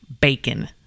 bacon